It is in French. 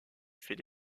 fait